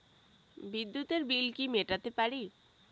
বিদ্যুতের বিল কি মেটাতে পারি?